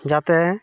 ᱡᱟᱛᱮ